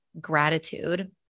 gratitude